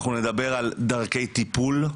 אנחנו נדבר על דרכי טיפול,